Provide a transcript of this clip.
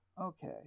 Okay